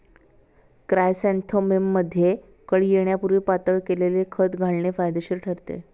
क्रायसॅन्थेमममध्ये कळी येण्यापूर्वी पातळ केलेले खत घालणे फायदेशीर ठरते